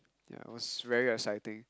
ya it was very exciting